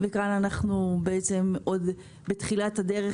כאן אנחנו עוד בתחילת הדרך,